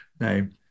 name